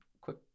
quick